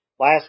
Last